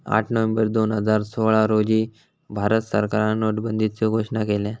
आठ नोव्हेंबर दोन हजार सोळा रोजी भारत सरकारान नोटाबंदीचो घोषणा केल्यान